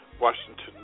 Washington